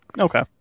Okay